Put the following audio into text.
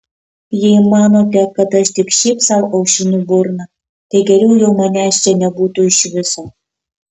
jei manote kad aš tik šiaip sau aušinu burną tai geriau jau manęs čia nebūtų iš viso